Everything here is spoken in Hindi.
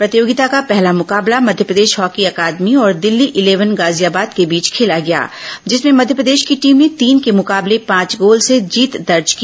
प्रतियोगिता का पहला मुकाबला मध्यप्रदेश हॉकी अकादमी और दिल्ली इलेवन गाजियाबाद के बीच खेला गया जिसमें मध्यप्रदेश की टीम ने तीन के मुकाबले पांच गोल से जीत दर्ज की